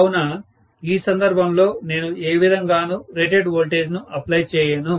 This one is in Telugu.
కావున ఈ సందర్భంలో నేను ఏ విధంగానూ రేటెడ్ వోల్టేజ్ను అప్లై చేయను